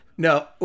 No